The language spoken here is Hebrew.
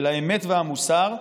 של האמת והמוסר,